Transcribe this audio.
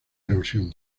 erosión